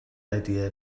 idea